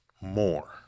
more